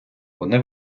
вони